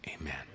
Amen